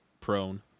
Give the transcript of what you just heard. prone